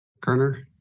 Kerner